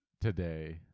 today